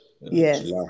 yes